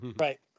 Right